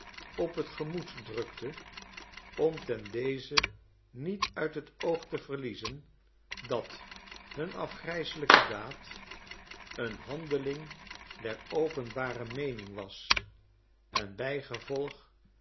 op t gemoed drukte om ten deze niet uit het oog te verliezendat hun afgrijselijke daad een handeling der openbare meening was en bijgevolg